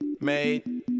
made